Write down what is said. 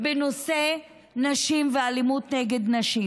בנושא נשים ואלימות נגד נשים.